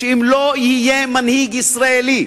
שאם לא יהיה מנהיג ישראלי